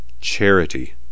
charity